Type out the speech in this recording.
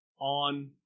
on